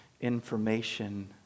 information